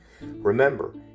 Remember